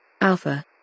Alpha